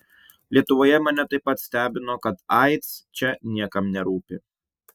lietuvoje mane taip pat stebino kad aids čia niekam nerūpi